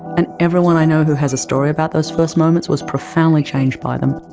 and everyone i know who has a story about those first moments was profoundly changed by them.